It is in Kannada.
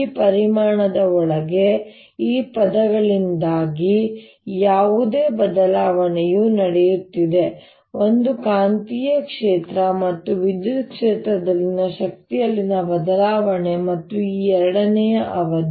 ಈ ಪರಿಮಾಣದ ಒಳಗೆ ಈ ಪದಗಳಿಂದಾಗಿ ಯಾವುದೇ ಬದಲಾವಣೆಯು ನಡೆಯುತ್ತಿದೆ ಒಂದು ಕಾಂತೀಯ ಕ್ಷೇತ್ರ ಮತ್ತು ವಿದ್ಯುತ್ ಕ್ಷೇತ್ರದಲ್ಲಿನ ಶಕ್ತಿಯಲ್ಲಿನ ಬದಲಾವಣೆ ಮತ್ತು ಈ ಎರಡನೆಯ ಅವಧಿ